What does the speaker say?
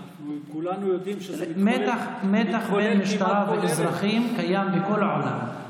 אנחנו כולנו יודעים שזה מתחולל כמעט כל ערב.